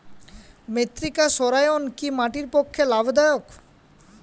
মৃত্তিকা সৌরায়ন কি মাটির পক্ষে লাভদায়ক?